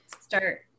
start